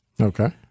Okay